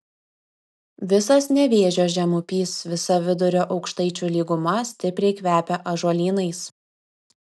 visas nevėžio žemupys visa vidurio aukštaičių lyguma stipriai kvepia ąžuolynais